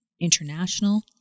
international